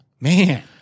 Man